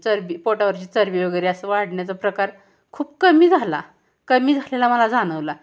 चरबी पोटावरची चरबी वगैरे असं वाढण्याचा प्रकार खूप कमी झाला कमी झालेला मला जाणवला